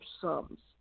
sums